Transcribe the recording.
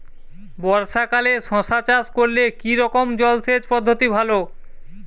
বর্ষাকালে শশা চাষ করলে কি রকম জলসেচ পদ্ধতি ভালো?